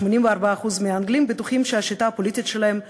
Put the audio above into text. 84% מהאנגלים בטוחים שהשיטה הפוליטית שלהם פגומה,